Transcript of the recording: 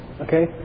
Okay